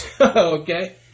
Okay